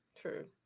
true